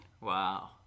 Wow